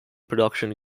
production